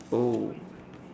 oh